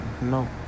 No